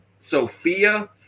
Sophia